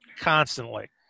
constantly